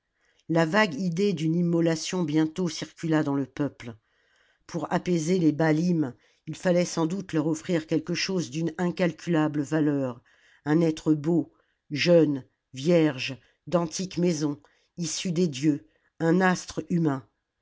la vague idée d'une immolation bientôt circula dans le peuple pour apaiser les baalim il fallait sans doute leur offrir quelque chose d'une incalculable valeur un être beau jeune vierge d'antique maison issu des dieux un astre humain